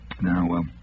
now